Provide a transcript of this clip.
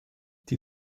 die